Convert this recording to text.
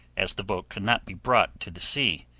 as the boat could not be brought to the sea.